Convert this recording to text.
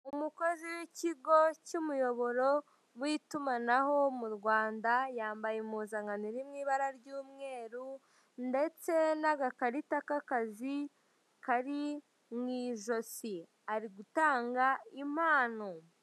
Umukozi w'ikigo cy'umuyoboro w'itumanaho mu Rwanda yambaye impuzankano iri mu ibara ry'umweru ndetse n'agakarita k'akazi kari mu ijosi ari gutanga impano.